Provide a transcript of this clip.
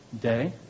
day